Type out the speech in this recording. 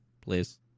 please